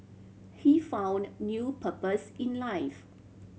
he found new purpose in life